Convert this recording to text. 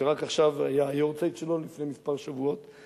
שרק לפני כמה שבועות היה היארצייט שלו.